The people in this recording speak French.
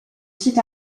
site